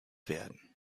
werden